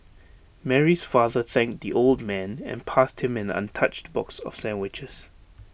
Mary's father thanked the old man and passed him an untouched box of sandwiches